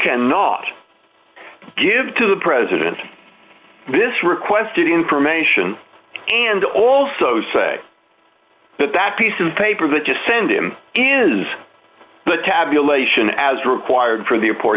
cannot give to the president this requested information and also say that that piece of paper that just send him is the tabulation as required for the appor